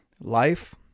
life